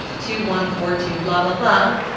two, one, four, two, blah, blah, blah,